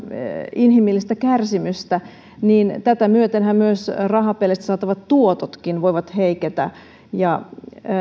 inhimillistä kärsimystä niin tätä myötenhän myös rahapeleistä saatavat tuototkin voivat heiketä